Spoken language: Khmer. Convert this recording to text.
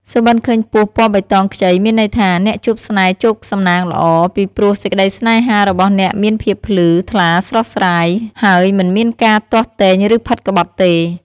សុបិន្តឃើញពស់ពណ៌បៃតងខ្ចី មានន័យថា អ្នកជួបស្នេហ៍ជោគសំណាងល្អ ពីព្រោះសេចក្តីសេ្នហារបស់អ្នកមានភាពភ្លឺ ថ្លាស្រស់ស្រាយ ហើយមិនមានការទាស់ទែង ឬ ផិតក្បត់ទេ។